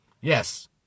Yes